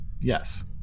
Yes